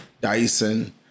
Dyson